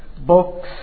books